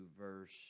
verse